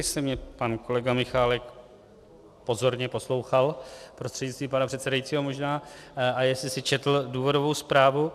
Já nevím, jestli mě pan kolega Michálek pozorně poslouchal, prostřednictvím pana předsedajícího možná, a jestli si četl důvodovou zprávu.